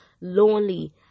lonely